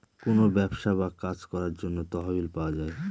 কোনো ব্যবসা বা কাজ করার জন্য তহবিল পাওয়া যায়